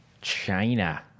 China